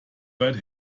weit